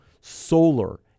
Solar